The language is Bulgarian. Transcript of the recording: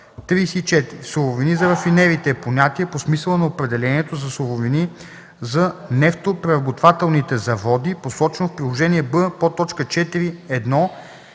„Суровини за рафинериите” е понятие по смисъла на определението за суровини за нефтопреработвателните заводи, посочено в Приложение Б,